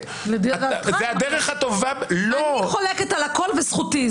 מחלוקת- -- אני חולקת על הכול וזכותי.